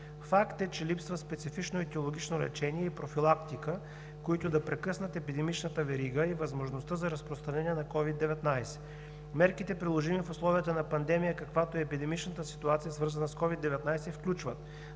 Факт е, че липсва специфично етиологично лечение и профилактика, които да прекъснат епидемичната верига и възможността за разпространение на COVID-19. Мерките, приложими в условията на пандемия, каквато е епидемичната ситуация, свързана с COVID-19, включват: